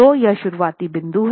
तो यह शुरुआती बिंदु है